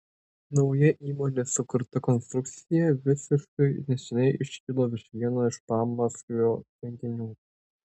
nauja įmonės sukurta konstrukcija visiškai neseniai iškilo virš vieno iš pamaskvio tvenkinių